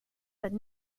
but